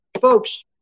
Folks